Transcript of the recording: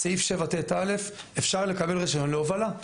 סעיף 7ט(א) - אפשר לקבל רישיון להובלה.